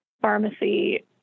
pharmacy